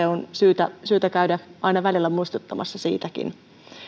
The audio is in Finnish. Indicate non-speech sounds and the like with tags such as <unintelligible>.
<unintelligible> on syytä syytä käydä aina välillä muistuttamassa siitäkin